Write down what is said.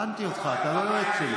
הבנתי אותך, אתה לא יועץ שלי.